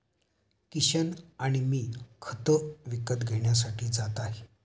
किशन आणि मी खत विकत घेण्यासाठी जात आहे